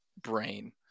brain